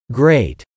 great